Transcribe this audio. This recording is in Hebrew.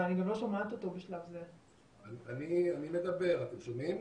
אני מדבר, אתם שומעים?